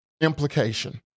implication